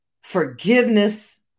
forgiveness